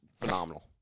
phenomenal